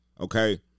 Okay